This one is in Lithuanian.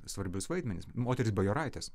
svarbius vaidmenis moterys bajoraitės